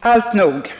Alltnog.